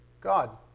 God